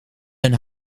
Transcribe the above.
een